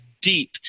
deep